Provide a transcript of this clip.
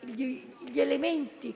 gli elementi